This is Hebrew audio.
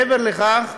מעבר לכך,